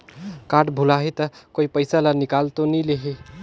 Card भुलाही ता कोई पईसा ला निकाल तो नि लेही?